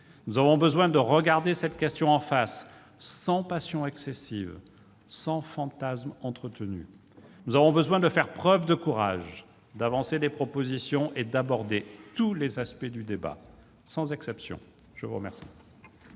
Nous avons besoin de regarder cette question en face, sans passions excessives ou fantasmes entretenus. Nous avons besoin de faire preuve de courage, d'avancer des propositions et d'aborder tous les aspects du débat, sans exception. La parole